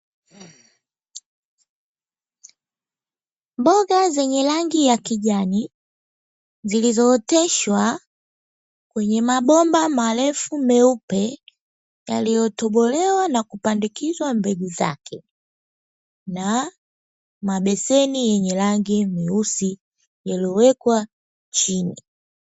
Mboga zenye rangi ya kijani zilizooteshwa kwenye mabomba marefu meupe, yaliyotobolewa na kupandikizwa mbegu zake, na mabeseni yenye rangi nyeusi yalilowekwa chini.